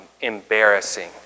embarrassing